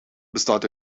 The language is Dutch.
bestaat